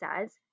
says